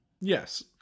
Yes